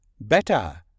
Better